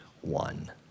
one